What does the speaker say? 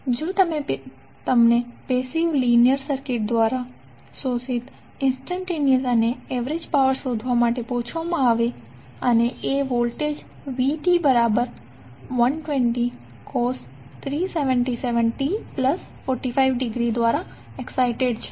હવે જો તમને પેસિવ લીનીઅર સર્કિટ દ્વારા શોષિત ઇંસ્ટંટેનીઅસ અને એવરેજ પાવર શોધવા માટે પૂછવામાં આવે છે અને એ વોલ્ટેજ vt120 cos 377t45° દ્વારા એક્સસાઈટેડ છે